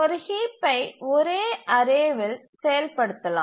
ஒரு ஹீப்பை ஒரு அரேவில் செயல்படுத்தலாம்